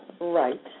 Right